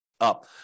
Up